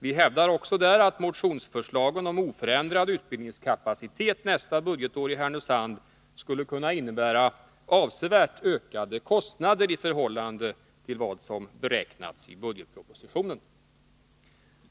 Vi hävdar också där att motionsförslagen om oförändrad utbildningskapacitet i Härnösand nästa budgetår skulle kunna innebära avsevärt ökade kostnader i förhållande till vad som beräknats i budgetpropositionen.